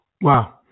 Wow